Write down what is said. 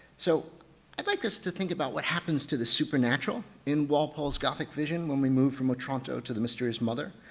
so i'd like us to think about what happens to the supernatural in walpole's gothic vision when we move from otranto to the mysterious mother.